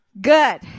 Good